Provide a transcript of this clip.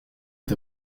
est